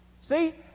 See